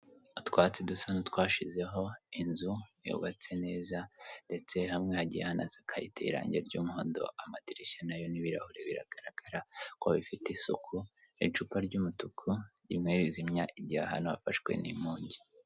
Utwatsi dusa nu twashizeho, inzu yubatse neza ndetse hamwe hagiye hanase karite irangi ry'umuhondo amadirishya na yo n'ibirahure biragaragara ko bifite isuku icupa ry'umutuku rimwe rizimyajya ahantu habafashwe n'inkongi.